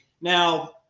Now